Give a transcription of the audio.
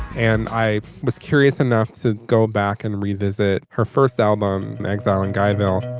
and i was curious enough to go back and read this that her first album exile and guy bill